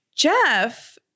Jeff